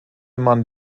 man